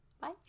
bye